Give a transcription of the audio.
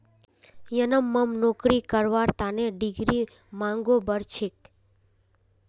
यनमम नौकरी करवार तने डिग्रीर मांगो बढ़ छेक